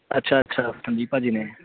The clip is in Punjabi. ਅੱਛਾ ਅੱਛਾ ਸੰਦੀਪ ਭਾਅ ਜੀ ਨੇ